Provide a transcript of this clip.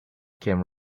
came